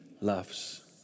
loves